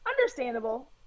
Understandable